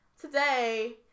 today